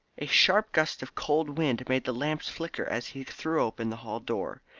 a sharp gust of cold wind made the lamps flicker as he threw open the hall-door.